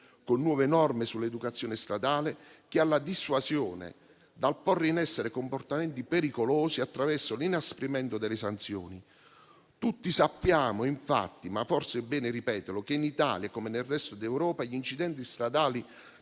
con nuove norme sull'educazione stradale, sia alla dissuasione dal porre in essere comportamenti pericolosi, attraverso l'inasprimento delle sanzioni. Tutti sappiamo, infatti, ma forse è bene ripeterlo, che in Italia come nel resto d'Europa, gli incidenti stradali